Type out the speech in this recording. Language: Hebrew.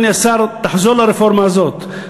אדוני השר: תחזור לרפורמה הזאת,